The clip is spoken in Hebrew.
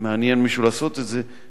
מעניין מישהו לעשות את זה,